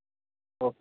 okay